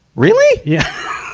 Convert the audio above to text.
really! yes.